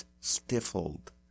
stifled